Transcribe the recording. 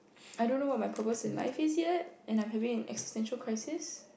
I don't know what my purpose in life is yet and I'm having an existential crisis